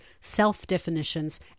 self-definitions